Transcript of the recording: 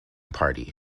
party